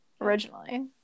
Originally